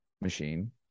machine